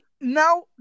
Now